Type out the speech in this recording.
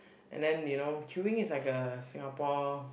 and then you know queueing is like a Singapore